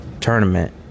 tournament